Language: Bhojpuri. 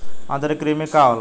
आंतरिक कृमि का होला?